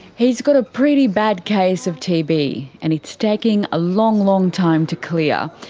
he's got a pretty bad case of tb, and it's taking a long, long time to clear.